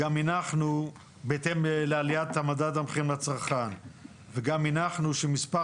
בהתאם לעליית מדד המחירים לצרכן וגם הנחנו שמספר